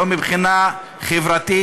לא מבחינה חברתית.